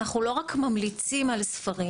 אנחנו לא רק ממליצים על ספרים,